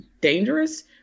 dangerous